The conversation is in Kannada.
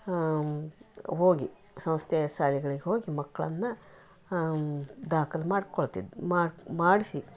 ಆ ಹೋಗಿ ಸಂಸ್ಥೆಯ ಶಾಲೆಗಳಿಗ್ ಹೋಗಿ ಮಕ್ಕಳನ್ನ ದಾಖಲೆ ಮಾಡ್ಕೊಳ್ತಿದ್ದು ಮಾಡಿಸಿ